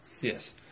Yes